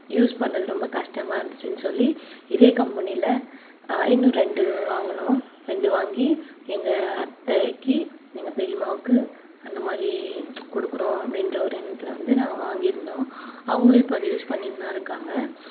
use பண்ணுறது ரொம்ப கஷ்டமாயிருந்துச்சுன்னு சொல்லி இதே கம்பெனியில இன்னும் ரெண்டு வாங்கினோம் ரெண்டு வாங்கி அத்தைக்கு எங்கள் பெரியம்மாவுக்கு அந்தமாதிரி கொடுக்குறோம் அப்படின்ற ஒரு எண்ணத்தில் வந்து நாங்கள் வாங்கியிருந்தோம் அவங்களும் இப்போ அதை யூஸ் பண்ணிண்ணு தான் இருக்காங்க